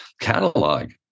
catalog